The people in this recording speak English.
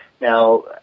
Now